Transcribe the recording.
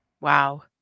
Wow